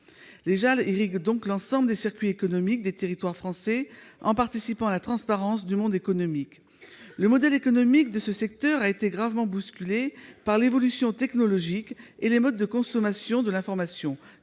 les JAL, irriguent donc l'ensemble des circuits économiques des territoires français, en participant à la transparence du monde économique. Le modèle économique de ce secteur a été gravement bousculé par l'évolution technologique et les modes de consommation de l'information-